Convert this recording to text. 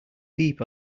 deep